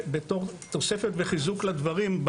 בתור תוספת וחיזוק לדברים,